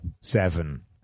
seven